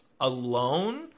alone